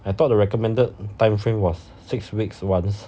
I thought the recommended time frame was six weeks once